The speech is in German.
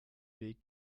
weg